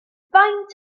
faint